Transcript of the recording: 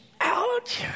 Ouch